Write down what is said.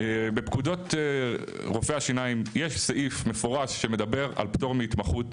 בפקודות רופאי השיניים יש סעיף מפורש שמדבר על פטור מהתמחות,